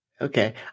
Okay